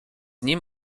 nim